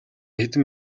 хэдэн